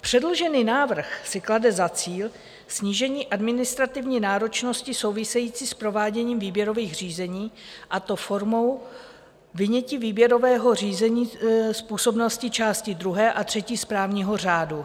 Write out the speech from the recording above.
Předložený návrh si klade za cíl snížení administrativní náročnosti související s prováděním výběrových řízení, a to formou vynětí výběrového řízení z působnosti části druhé a třetí správního řádu.